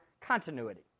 continuity